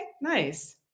nice